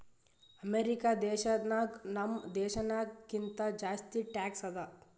America ದೇಶನಾಗ್ ನಮ್ ದೇಶನಾಗ್ ಕಿಂತಾ ಜಾಸ್ತಿ ಟ್ಯಾಕ್ಸ್ ಅದಾ